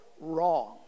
wrong